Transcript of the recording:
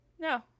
No